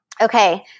okay